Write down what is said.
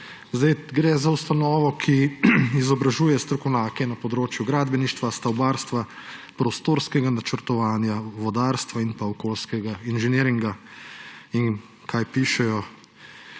Gre za ustanovo, ki izobražuje strokovnjake na področju gradbeništva, stavbarstva, prostorskega načrtovanja, vodarstva in pa okoljskega inženiringa. Kaj pišejo?